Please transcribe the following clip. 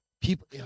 people